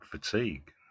fatigue